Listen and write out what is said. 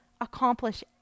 accomplish